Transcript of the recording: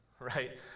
right